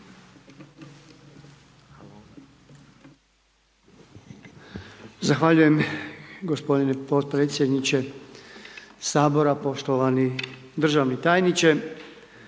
Hvala gospodine podpredsjedniče, poštovani državni tajniče,